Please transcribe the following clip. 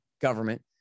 government